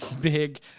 big